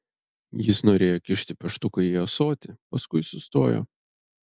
jis norėjo kišti pieštuką į ąsotį paskui sustojo